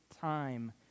time